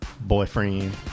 Boyfriend